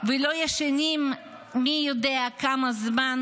ולא ישנים מי יודע כמה זמן,